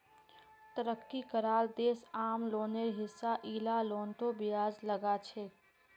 तरक्की कराल देश आम लोनेर हिसा इला लोनतों ब्याज लगाछेक